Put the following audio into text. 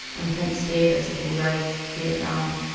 on kent state or civil rights, vietnam.